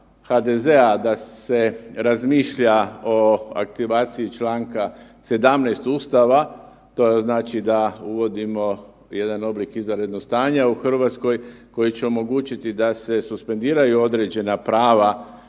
HDZ-a da se razmišlja o aktivaciji čl. 17. Ustava, to znači da uvodimo jedan oblik izvanrednog stanja u Hrvatskoj koji će omogućiti da se suspendiraju određena prava